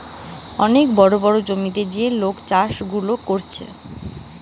অনেক বড় বড় জমিতে যে লোক চাষ গুলা করতিছে